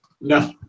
No